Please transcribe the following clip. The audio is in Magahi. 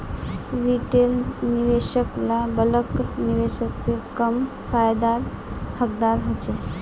रिटेल निवेशक ला बल्क निवेशक से कम फायेदार हकदार होछे